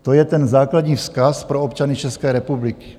To je ten základní vzkaz pro občany České republiky.